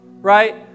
right